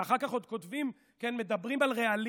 ואחר כך עוד מדברים על רעלים.